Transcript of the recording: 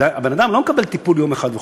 הבן-אדם לא מקבל טיפול יום אחד וחוזר,